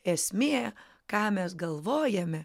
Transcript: esmė ką mes galvojame